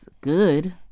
good